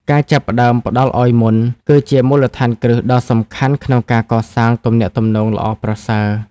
ការចាប់ផ្តើមផ្តល់ឲ្យមុន គឺជាមូលដ្ឋានគ្រឹះដ៏សំខាន់ក្នុងការកសាងទំនាក់ទំនងល្អប្រសើរ។